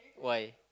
why